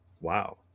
Wow